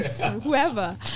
whoever